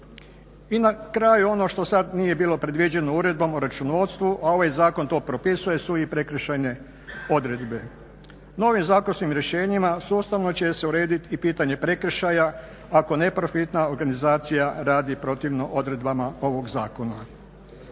I na kraju ono što sada nije bilo predviđeno uredbom o računovodstvu, a ovaj zakon to propisuje su i prekršajne odredbe. Novim zakonskim rješenjima sustavno će se urediti i pitanje prekršaja ako neprofitna organizacija radi protivno odredbama ovog zakona.